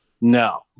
no